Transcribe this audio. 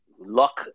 Luck